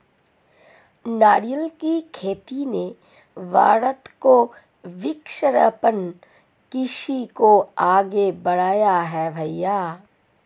नारियल की खेती ने भारत को वृक्षारोपण कृषि को आगे बढ़ाया है भईया